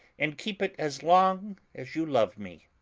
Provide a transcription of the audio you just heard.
and keep it as long as you love me.